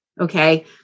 okay